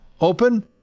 Open